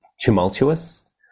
tumultuous